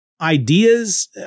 ideas